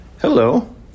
Hello